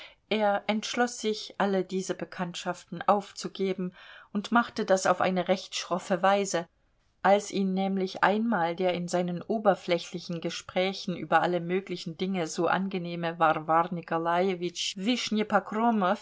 er entschloß sich alle diese bekanntschaften aufzugeben und machte das auf eine recht schroffe weise als ihn nämlich einmal der in seinen oberflächlichen gesprächen über alle möglichen dinge so angenehme warwar nikolajewitsch